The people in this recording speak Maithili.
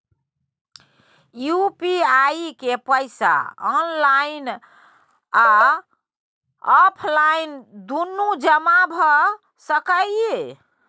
यु.पी.आई के पैसा ऑनलाइन आ ऑफलाइन दुनू जमा भ सकै इ?